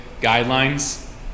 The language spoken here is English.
guidelines